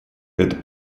это